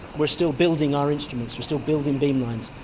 we're still building our instruments, we're still building beam lines.